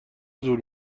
زور